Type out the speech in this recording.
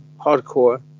hardcore